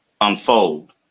unfold